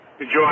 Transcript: Enjoy